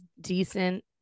decent